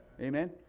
Amen